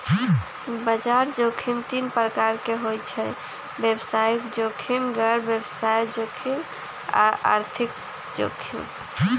बजार जोखिम तीन प्रकार के होइ छइ व्यवसायिक जोखिम, गैर व्यवसाय जोखिम आऽ आर्थिक जोखिम